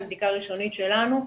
מבדיקה ראשונית שלנו,